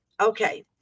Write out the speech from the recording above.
Okay